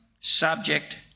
subject